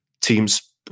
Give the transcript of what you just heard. Teams